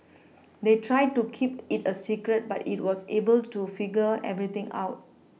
they tried to keep it a secret but it was able to figure everything out